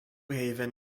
haven